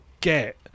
get